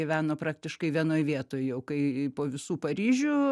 gyveno praktiškai vienoj vietoj jau kai po visų paryžių